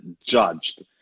judged